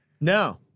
No